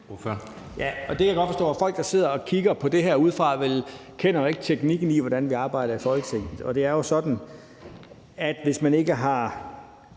(KF): Det kan jeg godt forstå. Folk, der sidder og kigger på det her udefra, kender jo ikke teknikken i, hvordan vi arbejder i Folketinget. Altså, vi har jo ikke givet